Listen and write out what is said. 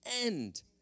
end